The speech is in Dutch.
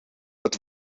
het